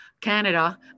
Canada